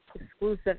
Exclusive